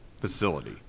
facility